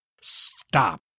Stop